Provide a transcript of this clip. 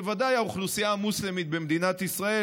ובוודאי האוכלוסייה המוסלמית במדינת ישראל,